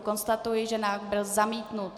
Konstatuji, že návrh byl zamítnut.